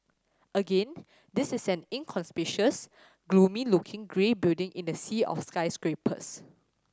again this is an inconspicuous gloomy looking grey building in the sea of skyscrapers